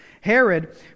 Herod